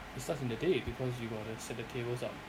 it starts in the day because you got to set the tables up